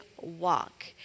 walk